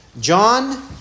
John